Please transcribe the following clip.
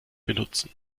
benutzen